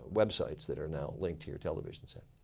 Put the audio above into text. websites that are now linked to your television set.